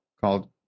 called